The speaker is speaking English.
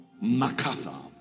MacArthur